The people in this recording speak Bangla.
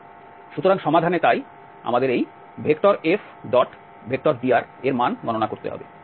সুতরাং সমাধান তাই আমাদের এই F⋅dr এর মান গণনা করতে হবে